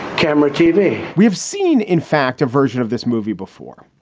camera, tv. we've seen, in fact, a version of this movie before.